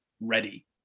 ready